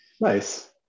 nice